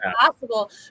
possible